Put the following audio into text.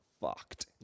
fucked